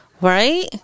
Right